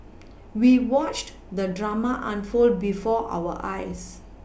we watched the drama unfold before our eyes